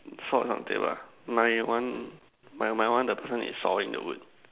saw not dead lah my one my my one the person is sawing the wood